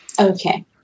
Okay